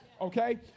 okay